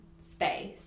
space